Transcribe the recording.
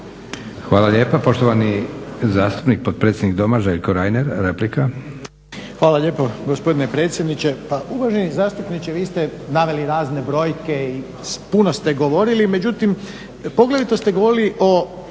Hvala lijepa. Poštovani zastupnik potpredsjednik Doma, Željko Reiner, replika. **Reiner, Željko (HDZ)** Hvala lijepo gospodine predsjedniče. Pa uvaženi zastupniče vi ste naveli razne brojke i puno ste govorili, međutim, poglavito ste govorili o